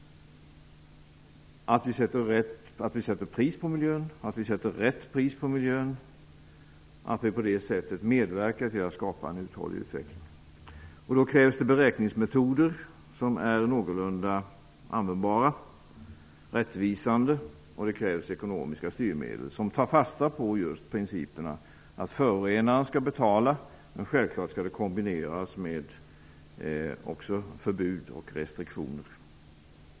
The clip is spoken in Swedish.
Det handlar om att vi sätter pris på miljön, att vi sätter rätt pris på miljön, och att vi på det sättet medverkar till att skapa en uthållig utveckling. Då krävs beräkningsmetoder som är någorlunda användbara, rättvisande, och det krävs ekonomiska styrmedel som tar fasta på just principerna att förorenaren skall betala men att det självfallet också skall kombineras med förbud och restriktioner.